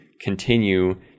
continue